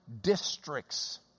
Districts